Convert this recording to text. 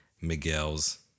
Miguel's